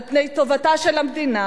על פני טובתה של המדינה.